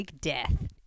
death